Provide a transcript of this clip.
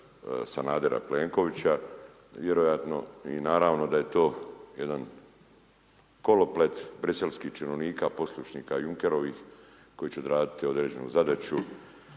Sanadera Plenkovića, vjerojatno i naravno da je to jedan koloplet briselskih činovnika, poslušnika Junkerovh koji će odraditi određenu zadaću